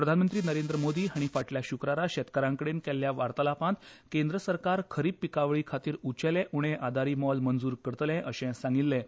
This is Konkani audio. प्रधानमंत्री नरेंद्र मोदी हांणी फाटल्या शुक्रारा शेतकारां कडेन केल्ल्या वार्तालापांत केंद्र सरकार खरीप पिकावळी खातीर उंचेले उणें आधारी मोल मंजूर करतले अशें सांगिल्लें